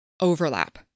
overlap